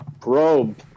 probe